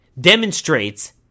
demonstrates